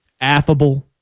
Affable